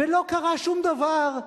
ולא קרה שום דבר,